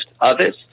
others